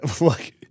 look